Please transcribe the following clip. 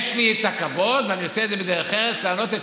איזה מין דבר זה?